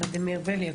ולדימיר בליאק,